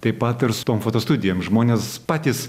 taip pat ir su tom foto studijom žmonės patys